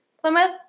Plymouth